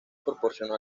proporcionó